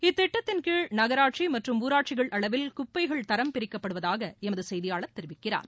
இத்திட்டத்தின் கீழ் நகராட்சி மற்றும் ஊராட்சிகள் அளவில் குப்பைகள் தரம் பிரிக்கப்படுவதாக எமது செய்தியாளர் தெரிவிக்கிறார்